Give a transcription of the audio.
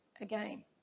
again